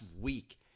week